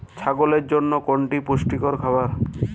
ছাগলের জন্য কোনটি পুষ্টিকর খাবার?